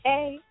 Hey